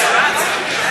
לא